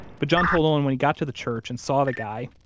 but john told olin, when he got to the church and saw the guy,